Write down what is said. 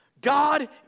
God